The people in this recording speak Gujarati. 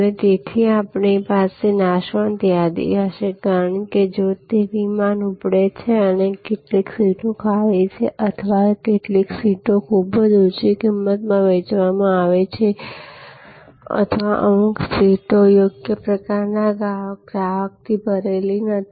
અને તેથી આપણી પાસે આ નાશવંત યાદી હશે કારણ કે જો તે વિમાન ઉપડે છે અને જો કેટલીક સીટો ખાલી છે અથવા જો કેટલીક સીટો ખૂબ ઓછી કિંમતે વેચવામાં આવી છે અથવા અમુક સીટો યોગ્ય પ્રકારના ગ્રાહકથી ભરેલી નથી